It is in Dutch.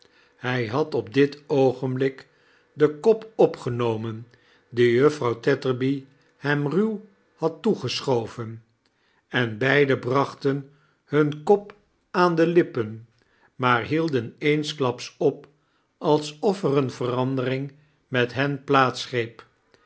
hij had op dit oogenblik den kop opgenomen dien juffrouw tetterby hem ruw had toegeschoven en beiden braohten hun kop aan de lippen maar hielden eensklaps op alsof er eeine veranderiiiig imeit hen plaats greep